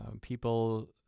people